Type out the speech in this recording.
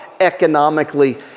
economically